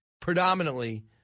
predominantly